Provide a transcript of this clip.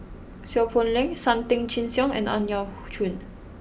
Seow Poh Leng Sam Tan Chin Siong and Ang Yau Choon